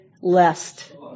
lest